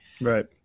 Right